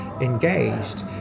engaged